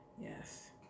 Yes